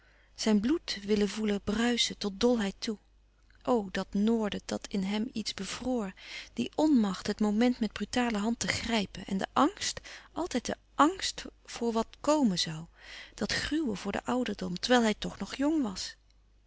zijn bloed willen voelen bruischen tot dolheid toe o dat noorden dat in hem iets bevroor die louis couperus van oude menschen de dingen die voorbij gaan onmacht het moment met brutale hand te grijpen en de angst altijd de angst voor wat komen zoû dat gruwen voor den ouderdom terwijl hij toch nog jong was